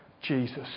Jesus